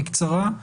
בקצרה.